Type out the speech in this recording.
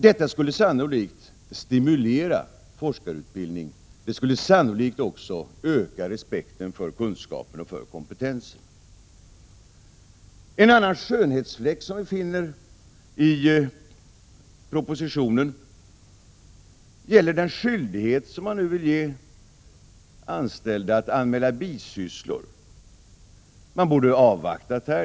Detta skulle sannolikt stimulera forskarutbildning och skulle troligen också öka respekten för kunskap och kompetens. En annan skönhetsfläck som vi finner i propositionen gäller den skyldighet som man nu vill ge anställda att anmäla bisysslor. Man borde ha avvaktat.